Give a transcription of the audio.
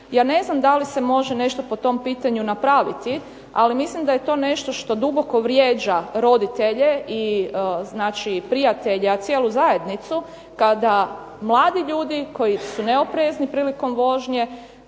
Ja ne znam da li se može nešto po tom pitanju napraviti, ali mislim da je to nešto što duboko vrijeđa roditelje i znači prijatelje a i cijelu zajednicu kada mladi ljudi koji su neoprezni prilikom vožnje